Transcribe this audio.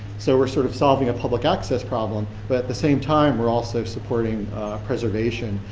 so we're sort of solving a public access problem, but at the same time we're also supporting preservation.